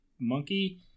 monkey